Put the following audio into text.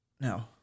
No